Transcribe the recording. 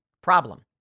Problem